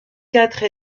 quatre